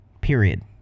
period